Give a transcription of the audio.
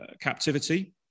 captivity